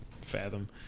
fathom